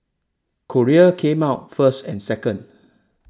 Korea came out first and second